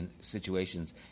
situations